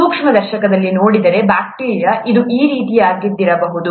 ಸೂಕ್ಷ್ಮದರ್ಶಕದಲ್ಲಿ ನೋಡಿದರೆ ಬ್ಯಾಕ್ಟೀರಿಯಾ ಇದು ಈ ರೀತಿಯದ್ದಾಗಿರಬಹುದು